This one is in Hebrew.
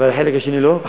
לחלק השני לא?